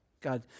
God